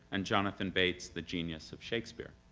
and jonathan bate's the genius of shakespeare.